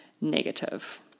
negative